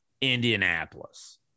Indianapolis